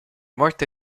morte